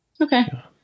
Okay